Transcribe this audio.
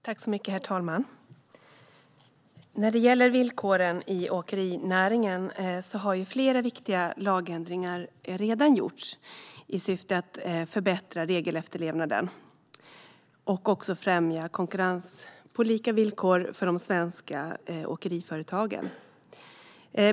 Herr ålderspresident! När det gäller villkoren i åkerinäringen har flera viktiga lagändringar redan gjorts i syfte att förbättra regelefterlevnaden och främja konkurrens på lika villkor för de svenska åkeriföretagen.